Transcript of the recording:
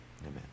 Amen